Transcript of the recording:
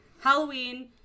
Halloween